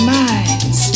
minds